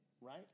right